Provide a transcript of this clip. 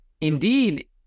indeed